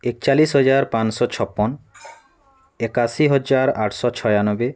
ଏକଚାଲିଶି ହଜାର ପାଞ୍ଚଶହ ଛପନ ଏକାଅଶୀ ହଜାର ଆଠଶହ ଛୟାନବେ